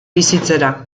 bizitzera